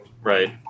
right